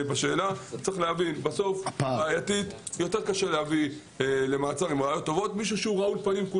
צריך להבין שיותר קשה להביא למעצר עם ראיות טובות מישהו רעול פנים.